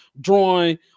drawing